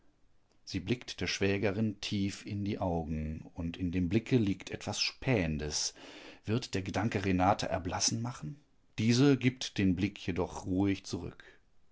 sie blickt der schwägerin tief in die augen und in dem blicke liegt etwas spähendes wird der gedanke renata erblassen machen diese gibt jedoch den blick ruhig zurück